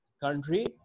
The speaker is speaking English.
country